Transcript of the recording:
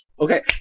Okay